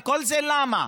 וכל זה למה?